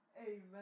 amen